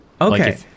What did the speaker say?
Okay